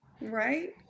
Right